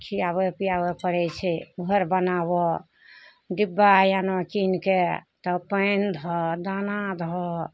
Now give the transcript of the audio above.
खिआबय पियाबय पड़य छै घर बनाबऽ डिब्बा या ने कीनके तब पानि धऽ दाना धऽ